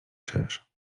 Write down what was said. krzyż